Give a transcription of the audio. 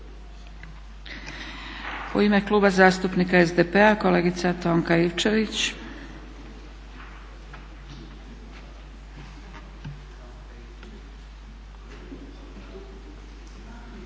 U ime Kluba zastupnika SDP-a kolegica Tonka Ivčević.